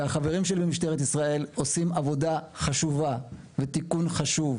והחברים שלי במשטרת ישראל עושים עבודה חשובה ותיקון חשוב.